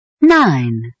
Nine